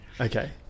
Okay